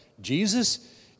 Jesus